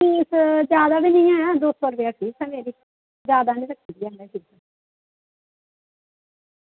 fees जादै बी निं ऐ दो सौ रपेआ फीस ऐ मेरी जादै निं रक्खी दी ऐ में फीस